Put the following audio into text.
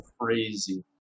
crazy